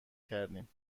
کردیم